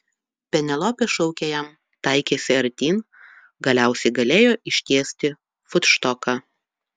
penelopė šaukė jam taikėsi artyn galiausiai galėjo ištiesti futštoką